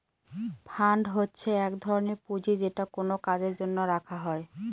fund হচ্ছে এক ধরনের পুঁজি যেটা কোনো কাজের জন্য রাখা হয়